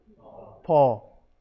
Paul